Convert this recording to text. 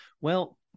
Well-